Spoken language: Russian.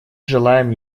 желаем